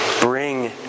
bring